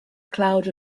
cloud